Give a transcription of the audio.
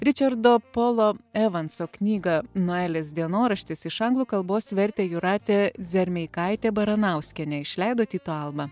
ričardo polo evanso knygą noelės dienoraštis iš anglų kalbos vertė jūratė dzermeikaitė baranauskienė išleido tyto alba